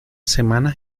semana